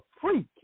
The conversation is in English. freak